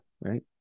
right